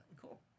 Cool